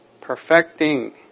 perfecting